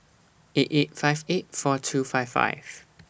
eight eight five eight four two five five